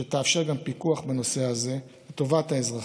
שתאפשר גם פיקוח בנושא הזה לטובת האזרחים.